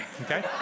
Okay